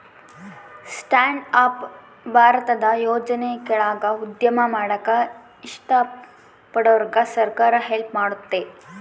stand up ಭಾರತದ ಯೋಜನೆ ಕೆಳಾಗ ಉದ್ಯಮ ಮಾಡಾಕ ಇಷ್ಟ ಪಡೋರ್ಗೆ ಸರ್ಕಾರ ಹೆಲ್ಪ್ ಮಾಡ್ತತೆ